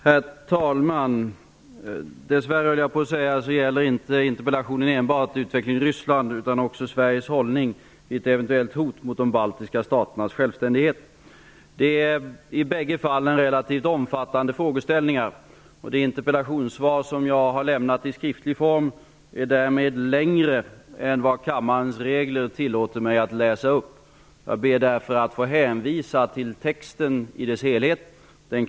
Herr talman! Dess värre gäller interpellationen inte enbart utvecklingen i Ryssland utan också Sveriges roll vid ett eventuellt hot mot de baltiska staternas självständighet. Det är i bägge fallen relativt omfattande frågeställningar. Herr talman! Pierre Schori har bett mig redogöra för regeringens inställning till utvecklingen i Ryssland och för Sveriges hållning vid ett eventuellt hot mot de baltiska staternas självständighet. Dessa frågor har bl.a. jag själv sökt att belysa i flera anföranden under de senaste åren.